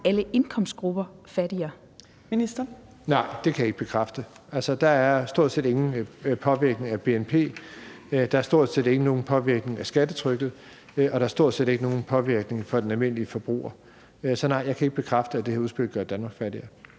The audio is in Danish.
Skatteministeren (Jeppe Bruus): Nej, det kan jeg ikke bekræfte. Altså, der er stort set ingen påvirkning af bnp, der er stort set ikke nogen påvirkning af skattetrykket, og der er stort set ikke nogen påvirkning for den almindelige forbruger. Så nej, jeg kan ikke bekræfte, at det her udspil gør Danmark fattigere.